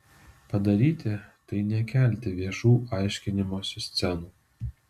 padaryti tai nekelti viešų aiškinimosi scenų